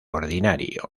ordinario